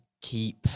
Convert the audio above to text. keep